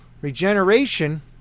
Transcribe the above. Regeneration